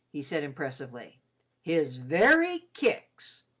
he said impressively his very kicks.